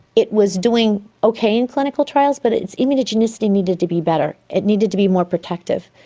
it was doing okay in clinical trials, but its immunogenicity needed to be better, it needed to be more protective.